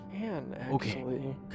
Okay